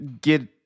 get